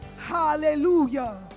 Hallelujah